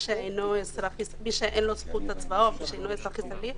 שאין לו זכות הצבעה או מי שאינו אזרח ישראלי.